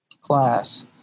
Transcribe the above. class